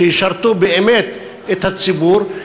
שישרתו באמת את הציבור,